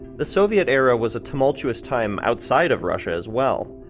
the soviet era was a tumultuous time outside of russia as well.